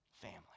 family